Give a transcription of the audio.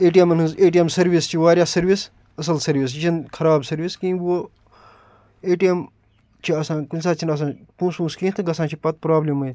A T اٮ۪مَن ہٕنٛز A T M service چھِ واریاہ سٔروِس اَصٕل سٔروِس یہِ چھَنہٕ خراب سٔروِس کِہیٖنۍ اے ٹی اٮ۪م چھِ آسان کُنہِ ساتہٕ چھِنہٕ آسان پونٛسہٕ وونٛسہٕ کیٚنٛہہ تہٕ گژھان چھِ پَتہٕ پرٛابلِمٕے